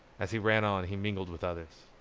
as he ran on he mingled with others.